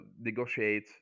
negotiate